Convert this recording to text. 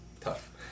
tough